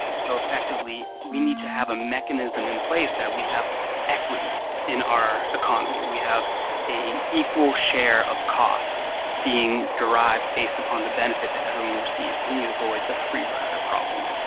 so effectively, we need to have a mechanism in place that we have equity in our economy, we have a equal share of cost being derived based upon the benefit that everyone receives, and we avoid the free-rider problem.